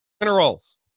minerals